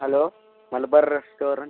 hello Malabar restaurant